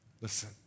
listen